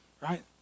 right